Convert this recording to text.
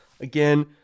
Again